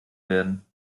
werden